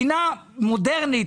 מדינה מודרנית,